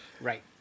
Right